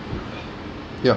ya